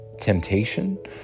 temptation